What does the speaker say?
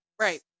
right